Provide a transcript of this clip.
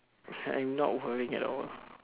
I'm not worrying at all